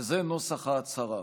וזה נוסח ההצהרה: